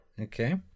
Okay